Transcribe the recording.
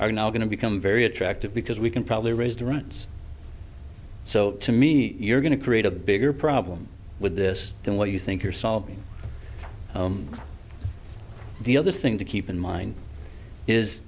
are now going to become very attractive because we can probably raise durant's so to me you're going to create a bigger problem with this than what you think you're solving the other thing to keep in mind is